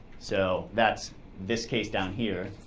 so that's this case down here.